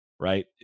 Right